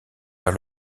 vers